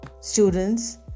students